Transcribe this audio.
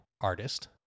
artist